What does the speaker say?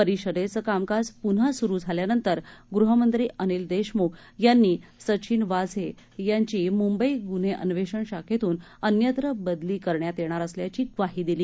परिषदेचं कामकाज पुन्हा सुरू झाल्यानंतर गृहमंत्री अनिल देशमुख यांनी सचिन वाझे यांची मुंबई गुन्हे अन्वेषण शाखेतून अन्यत्र बदली करण्यात येणार असल्याची ग्वाही दिली